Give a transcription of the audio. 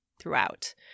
throughout